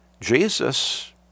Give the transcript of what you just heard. Jesus